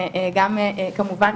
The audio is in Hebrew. גם כמובן,